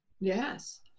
Yes